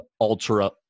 Ultra